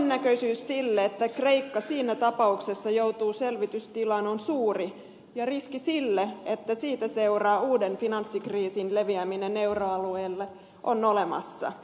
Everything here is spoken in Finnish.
todennäköisyys sille että kreikka siinä tapauksessa joutuu selvitystilaan on suuri ja riski sille että siitä seuraa uuden finanssikriisin leviäminen euroalueelle on olemassa